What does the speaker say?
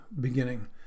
beginning